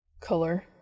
Color